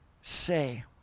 say